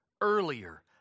earlier